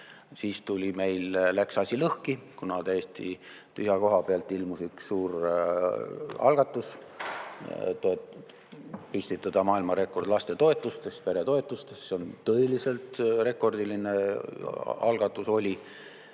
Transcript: Siis meil läks asi lõhki, kuna täiesti tühja koha pealt ilmus üks suur algatus: püstitada maailmarekord lastetoetustes, peretoetustes. Selline tõeliselt rekordiline algatus oli.